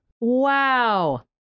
Wow